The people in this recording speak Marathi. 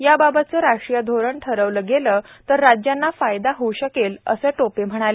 याबाबतचं राष्ट्रीय धोरण ठरवलं गेलं तर त्याचा राज्यांना फायदा होऊ शकेल असं टोपे म्हणाले